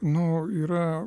nu yra